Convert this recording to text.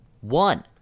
one